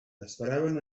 esperaven